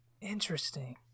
Interesting